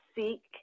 seek